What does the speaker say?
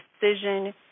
decision